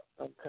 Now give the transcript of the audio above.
Okay